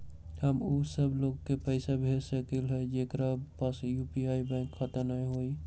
हम उ सब लोग के पैसा भेज सकली ह जेकरा पास यू.पी.आई बैंक खाता न हई?